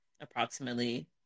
approximately